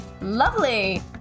Lovely